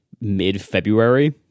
mid-February